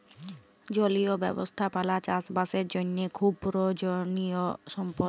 জলীয় ব্যবস্থাপালা চাষ বাসের জ্যনহে খুব পরয়োজলিয় সম্পদ